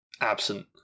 absent